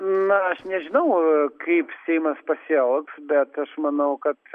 na aš nežinau kaip seimas pasielgs bet aš manau kad